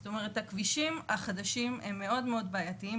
זאת אומרת הכבישים החדשים הם מאוד מאוד בעייתיים,